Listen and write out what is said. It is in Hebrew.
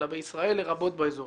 אלא בישראל לרבות באזור,